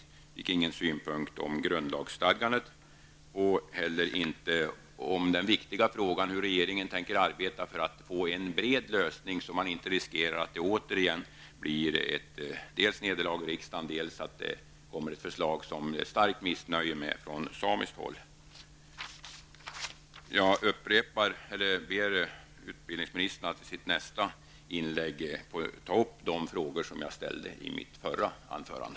Jag fick ingen synpunkt när det gäller grundlagsstadgandet och inte heller om den viktiga frågan om hur regeringen tänker arbeta för att få en bred lösning så att man inte riskerar att det återigen blir ett nederlag i riksdagen och att det kommer ett förslag som det blir starkt missnöje med från samiskt håll. Jag ber utbildningsministern att i sitt nästa inlägg ta upp de frågor som jag ställde i mitt förra anförande.